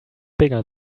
bigger